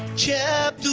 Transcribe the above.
chap two.